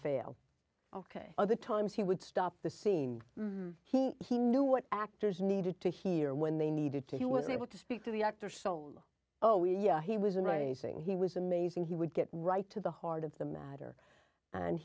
fail ok other times he would stop the scene he he knew what actors needed to hear when they needed to he was able to speak to the actor solo oh yeah he was in racing he was amazing he would get right to the heart of the matter and